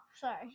sorry